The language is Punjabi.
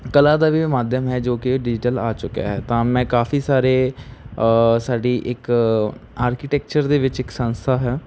ਕਲਾ ਦਾ ਵੀ ਉਹ ਮਾਧਿਅਮ ਹੈ ਜੋ ਕਿ ਡਿਜੀਟਲ ਆ ਚੁੱਕਿਆ ਹੈ ਤਾਂ ਮੈਂ ਕਾਫ਼ੀ ਸਾਰੇ ਸਾਡੀ ਇੱਕ ਆਰਕੀਟੈਕਚਰ ਦੇ ਵਿੱਚ ਇੱਕ ਸੰਸਥਾ ਹੈ